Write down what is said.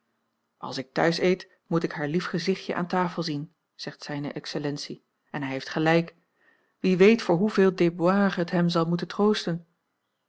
als ik thuis eet moet ik haar lief gezichtje aan tafel zien zegt zijne excellentie en hij heeft gelijk wie weet voor hoeveel déboires het hem zal moeten troosten